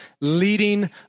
leading